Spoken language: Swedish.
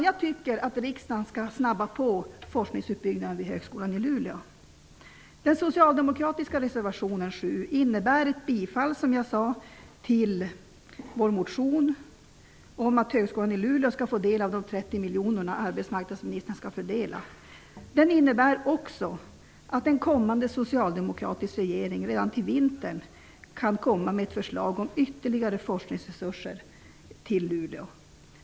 Jag tycker att riksdagen skall snabba på forskningsutbyggnaden vid Högskolan i Luleå. Den socialdemokratiska reservationen 7 innebär, som jag sade, ett bifall till vår motion om att Högskolan i Luleå skall få del av de 130 miljoner som arbetsmarknadsministern skall fördela. Den innebär också att en kommande socialdemokratisk regering redan till vintern kan komma med ett förslag om ytterligare forskningsresurser till Luleå.